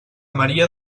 maria